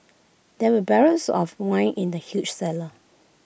there were barrels of wine in the huge cellar